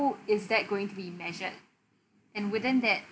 who is that going to be measured and within that